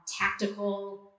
tactical